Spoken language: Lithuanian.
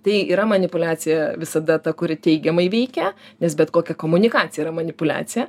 tai yra manipuliacija visada ta kuri teigiamai veikia nes bet kokia komunikacija yra manipuliacija